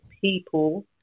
people